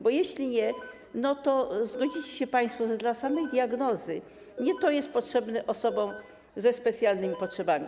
Bo jeśli nie, to zgodzicie się państwo, że dla samej diagnozy nie to jest potrzebne osobom ze specjalnymi potrzebami.